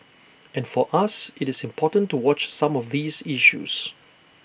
and for us IT is important to watch some of these issues